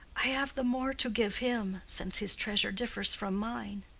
i have the more to give him, since his treasure differs from mine.